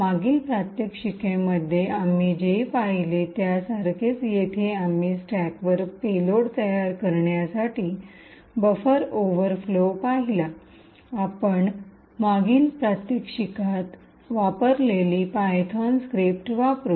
मागील प्रात्यक्षिकेमध्ये आम्ही जे पाहिले त्यासारखेच जिथे आम्ही स्टॅकवर पेलोड तयार करण्यासाठी बफर ओव्हरफ्लो पाहिला आपण मागील प्रात्यक्षिकात वापरलेली पायथॉन स्क्रिप्ट वापरु